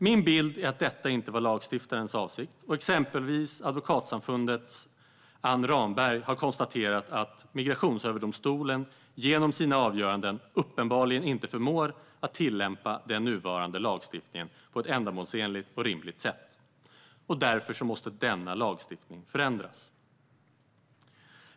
Min bild är att detta inte var lagstiftarens avsikt, och exempelvis Advokatsamfundets Anne Ramberg har konstaterat att Migrationsöverdomstolen genom sina avgöranden uppenbarligen inte förmår att tillämpa den nuvarande lagstiftningen på ett ändamålsenligt och rimligt sätt, och därför måste denna lagstiftning förändras.